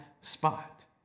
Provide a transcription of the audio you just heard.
spot